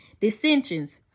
dissensions